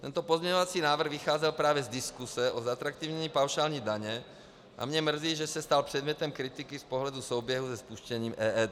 Tento pozměňovací návrh vycházel právě z diskuse o zatraktivnění paušální daně a mě mrzí, že se stal předmětem kritiky z pohledu souběhu se spuštěním EET.